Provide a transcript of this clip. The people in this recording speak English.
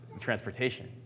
transportation